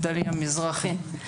בבקשה.